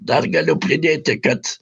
dar galiu pridėti kad